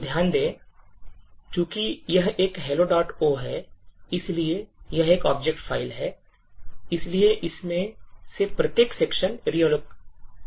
तो ध्यान दें चूँकि यह एक helloo है इसलिए यह एक object file है इसलिए इनमें से प्रत्येक सेक्शन relocatable है